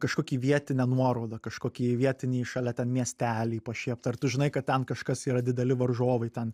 kažkokį vietinę nuorodą kažkokį vietinį šalia ten miestelį pašiept ar tu žinai kad ten kažkas yra dideli varžovai ten